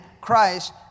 Christ